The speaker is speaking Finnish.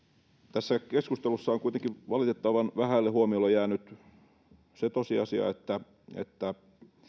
tässä keskustelussa on kuitenkin valitettavan vähälle huomiolle jäänyt se tosiasia että että